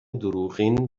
دروغین